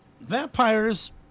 vampires